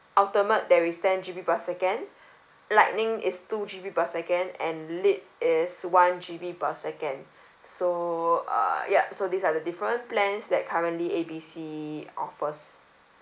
ultimate there is ten G_B per second lightning is two G_B per second and lead is one G_B per second so uh yup so these are the different plans that currently A B C offers